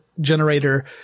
generator